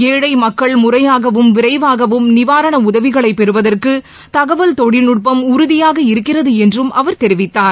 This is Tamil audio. ஏழை மக்கள் முறையாகவும் விரைவாகவும் நிவாரண உதவிகளைப் பெறுவதற்கு தகவல் தொழில்நுட்பம் உறுதியாக இருக்கிறது என்றும் அவர் தெரிவித்தார்